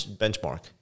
benchmark